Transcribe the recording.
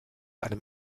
einem